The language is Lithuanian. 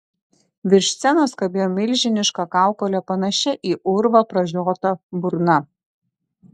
virš scenos kabėjo milžiniška kaukolė panašia į urvą pražiota burna